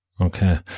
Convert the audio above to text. Okay